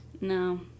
No